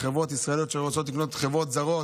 לחברות ישראליות שרוצות לקנות חברות זרות.